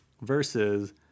versus